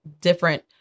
different